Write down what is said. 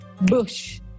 Bush